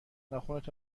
ناخنت